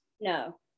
no